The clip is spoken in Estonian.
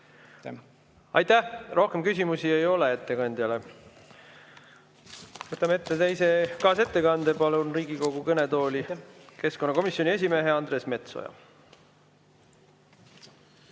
Aitäh! Rohkem küsimusi ei ole ettekandjale. Võtame ette teise kaasettekande. Palun Riigikogu kõnetooli keskkonnakomisjoni esimehe Andres Metsoja.